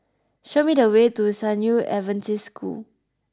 show me the way to San Yu Adventist School